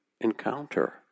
encounter